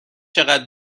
چقدر